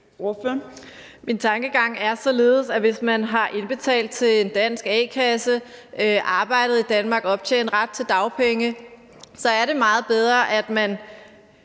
Min tankegang er således, at hvis man har indbetalt til en dansk a-kasse, arbejdet i Danmark og optjent ret til dagpenge, er det meget bedre, at man,